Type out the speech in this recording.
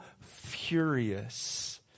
furious